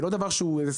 זה לא דבר סודי.